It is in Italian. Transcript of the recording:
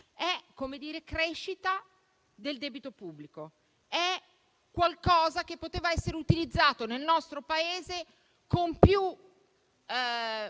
70 miliardi. È crescita del debito pubblico ed è un qualcosa che poteva essere utilizzato nel nostro Paese con più